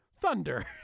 Thunder